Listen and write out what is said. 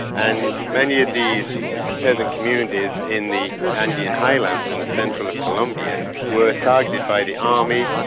and many of these peasant communities in the andean highlands in the centre and of colombia were targeted by the army,